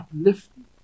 uplifting